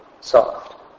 soft